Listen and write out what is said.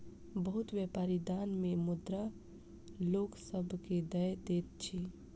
बहुत व्यापारी दान मे मुद्रा लोक सभ के दय दैत अछि